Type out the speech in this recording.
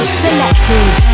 selected